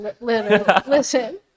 Listen